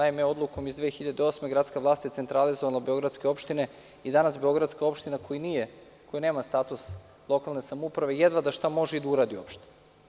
Naime, Odlukom iz 2008. godine gradska vlast je centralizovala beogradske opštine i danas beogradska opština koja nema status lokalne samouprave jedva da šta može i da uradi uopšte.